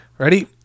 Ready